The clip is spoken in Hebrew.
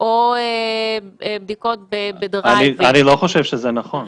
או בדיקות בדרייב-אין --- אני לא חושב שזה נכון.